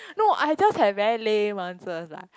no I just have very lame answers lah